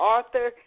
Arthur